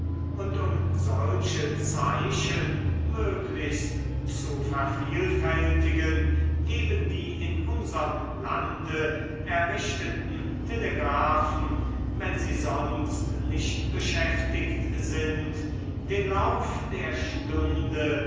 und um solche zeichen möglichst zu vervielfältigen geben die in unserm lande errichteten telegraphen wenn sie sonst nicht beschäftigt sind den lauf der stunden